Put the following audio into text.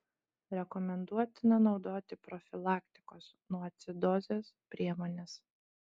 rekomenduotina naudoti profilaktikos nuo acidozės priemones